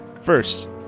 first